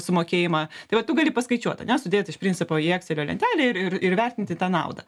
sumokėjimą tai va tu gali paskaičiuot ane sudėt iš principo į ekselio lentelę ir ir ir įvertinti tą naudą